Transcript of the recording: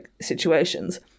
situations